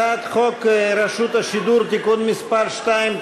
הצעת חוק השידור הציבורי (תיקון מס' 2),